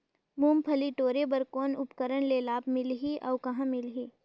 मुंगफली टोरे बर कौन उपकरण ले लाभ मिलही अउ कहाँ मिलही?